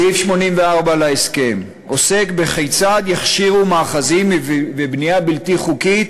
סעיף 84 להסכם עוסק בכיצד יכשירו מאחזים ובנייה בלתי חוקית